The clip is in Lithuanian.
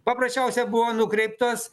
paprasčiausiai buvo nukreiptos